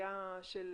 לבעיה של